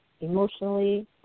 emotionally